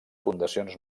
fundacions